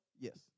Yes